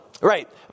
Right